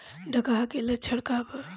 डकहा के लक्षण का वा?